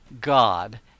God